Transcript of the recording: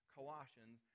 Colossians